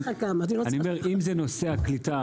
לגבי הקליטה